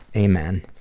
amen.